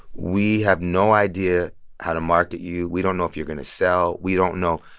we have no idea how to market you. we don't know if you're going to sell. we don't know.